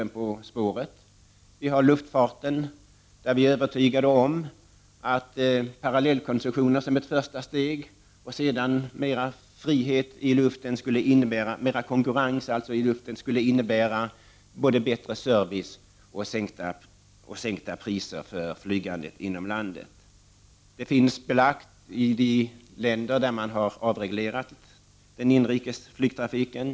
När det gäller luftfarten är vi övertygade om att parallellkonstruktionen som ett första steg och mer av frihet skulle innebära mer konkurrens, bättre service och sänkta priser för flyget inom landet. Det finns belagt i de länder där man har avreglerat den inrikes flygtrafiken.